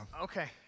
Okay